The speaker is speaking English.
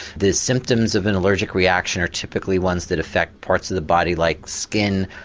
the symptoms of an allergic reaction are typically ones that affect parts of the body like skin,